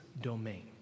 domain